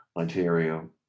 Ontario